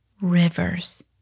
rivers